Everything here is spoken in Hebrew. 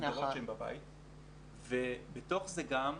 יחסית שעות נוכחות בבית ספר, גבוהות,